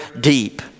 deep